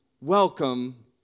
welcome